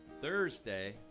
Thursday